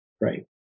right